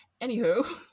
anywho